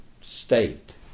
state